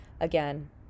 again